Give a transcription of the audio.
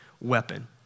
weapon